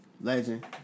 legend